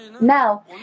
now